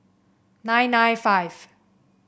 nine nine five